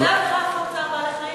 אבל זו עבירה על חוק צער בעלי-חיים.